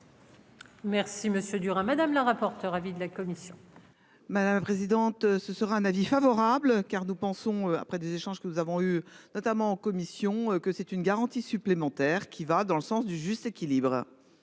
Merci monsieur dur madame la rapporteure avis de la commission. Madame la présidente. Ce sera un avis favorable car nous pensons après des échanges que nous avons eu notamment en commission, que c'est une garantie supplémentaire qui va dans le sens du juste équilibre.